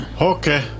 Okay